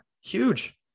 Huge